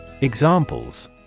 Examples